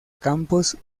campos